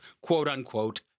quote-unquote